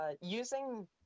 using